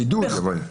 אידוי זה אבל.